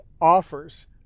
offers